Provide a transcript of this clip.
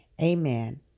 amen